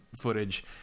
footage